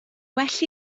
well